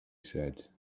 said